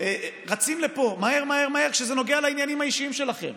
רצים לפה מהר מהר כשזה נוגע לעניינים האישיים שלכם.